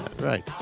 right